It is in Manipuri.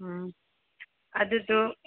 ꯎꯝ ꯑꯗꯨꯗꯨ